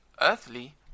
earthly